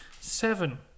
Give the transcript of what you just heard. Seven